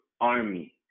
army